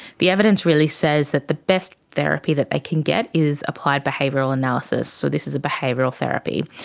the evidence really says that the best therapy that they can get is applied behavioural analysis, so this is a behavioural therapy.